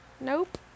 Nope